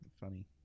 funny